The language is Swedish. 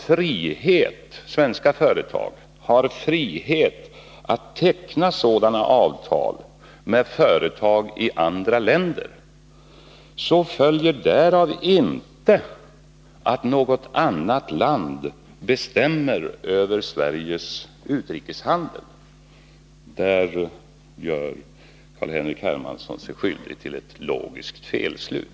Om svenska företag har frihet att teckna sådana avtal med företag i andra länder, så följer därav inte att något annat land bestämmer över Sveriges utrikeshandel. Där gör Carl-Henrik Hermansson sig skyldig till ett logiskt felslut.